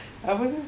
I wasn't